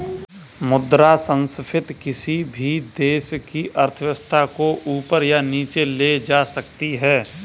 मुद्रा संस्फिति किसी भी देश की अर्थव्यवस्था को ऊपर या नीचे ले जा सकती है